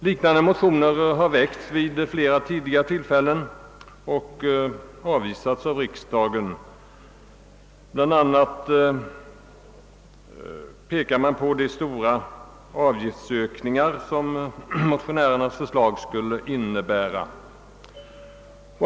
Liknande motioner har väckts vid flera tidigare tillfällen och avvisats av riksdagen. Man har bl.a. pekat på de stora avgiftsökningar, som ett genomförande av motionärernas förslag skulle medföra.